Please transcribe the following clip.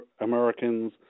Americans